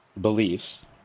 beliefs